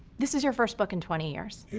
this is your first book in twenty years. yes.